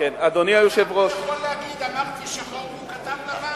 אדם לא יכול להגיד "אמרתי שחור" והוא כתב "לבן".